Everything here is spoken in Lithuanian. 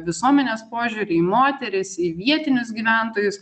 visuomenės požiūrį į moteris į vietinius gyventojus